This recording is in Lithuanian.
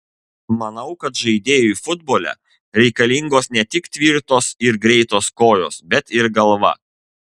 manau kad žaidėjui futbole reikalingos ne tik tvirtos ir greitos kojos bet ir galva